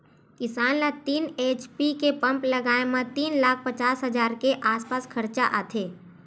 किसान ल तीन एच.पी के पंप लगाए म तीन लाख पचास हजार के आसपास खरचा आथे